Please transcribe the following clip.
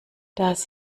das